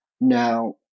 Now